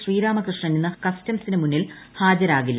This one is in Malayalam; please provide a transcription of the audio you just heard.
ശ്രീരാമകൃഷ്ണൻ ഇന്ന് കസ്റ്റംസിന് മുന്നിൽ ഹാജരാകില്ല